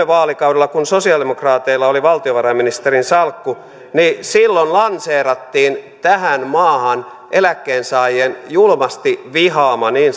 vaalikaudella kun sosialidemokraateilla oli valtiovarainministerin salkku lanseerattiin tähän maahan eläkkeensaajien julmasti vihaama niin